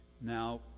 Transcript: now